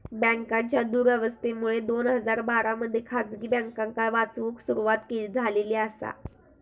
बँकांच्या दुरावस्थेमुळे दोन हजार बारा मध्ये खासगी बँकांका वाचवूक सुरवात झालेली आसा